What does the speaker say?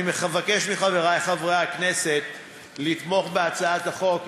אני מבקש מחברי הכנסת לתמוך בהצעת החוק.